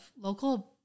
local